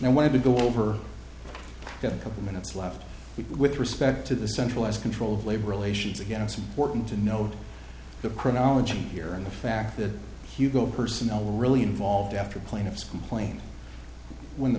i wanted to go over that a couple minutes left with respect to the centralized control of labor relations again it's important to note the chronology here and the fact that hugo personnel really involved after plaintiffs complain when the